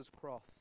cross